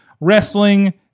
wrestling